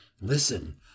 Listen